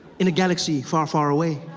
in a galaxy far, far away.